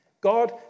God